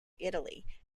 italy